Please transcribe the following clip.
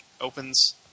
Opens